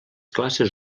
classes